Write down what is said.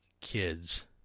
kids